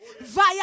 Via